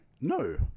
No